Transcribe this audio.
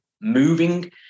moving